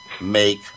make